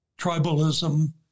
tribalism